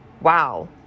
wow